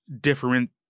different